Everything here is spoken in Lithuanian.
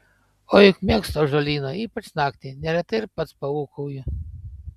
o juk mėgstu ąžuolyną ypač naktį neretai ir pats paūkauju